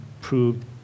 proved